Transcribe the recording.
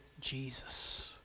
Jesus